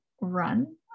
run